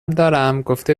دارمگفته